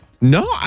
No